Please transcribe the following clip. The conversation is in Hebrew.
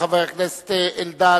חבר הכנסת אריה אלדד,